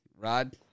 Rod